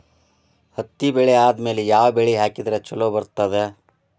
ಹತ್ತಿ ಬೆಳೆ ಆದ್ಮೇಲ ಯಾವ ಬೆಳಿ ಹಾಕಿದ್ರ ಛಲೋ ಬರುತ್ತದೆ?